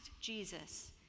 Jesus